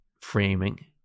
framing